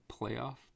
playoff